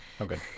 Okay